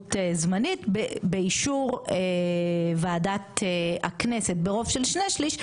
לנבצרות זמנית באישור ועדת הכנסת ברוב של שני שליש,